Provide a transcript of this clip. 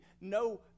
no